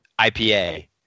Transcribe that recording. IPA